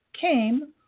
came